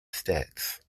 states